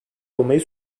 olmayı